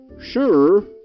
Sure